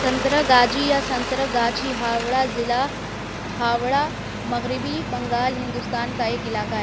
سنتراگاجی یا سنتراگاچھی ہاوڑہ ضلع ہاوڑہ مغربی بنگال ہندوستان کا ایک علاقہ ہے